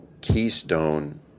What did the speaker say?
keystone